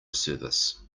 service